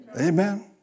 Amen